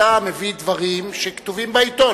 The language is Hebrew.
אתה מביא דברים שכתובים בעיתון,